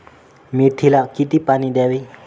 मेथीला किती पाणी द्यावे?